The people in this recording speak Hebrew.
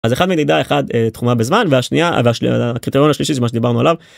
אז אחד מדידה אחד תחומה בזמן והשנייה הקריטריון השלישי זה מה שדיברנו עליו.